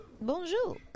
Bonjour